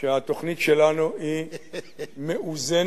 שהתוכנית שלנו היא מאוזנת